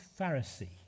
Pharisee